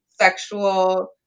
sexual